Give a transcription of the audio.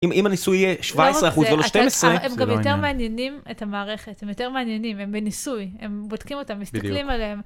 אם הניסוי יהיה 17 אחוז, זה לא 12. הם גם יותר מעניינים את המערכת, הם יותר מעניינים, הם בניסוי, הם בודקים אותם, מסתכלים עליהם.